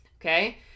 Okay